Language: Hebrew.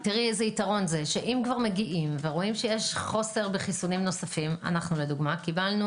אבל אם כבר מגיעים ורואים שיש חוסר בחיסונים נוספים אנחנו למשל קיבלנו